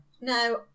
Now